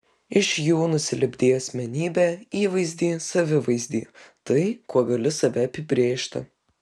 iš jų nusilipdei asmenybę įvaizdį savivaizdį tai kuo gali save apibrėžti